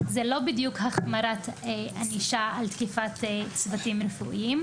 זה לא בדיוק החמרת ענישה על תקיפת צוותים רפואיים.